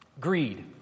Greed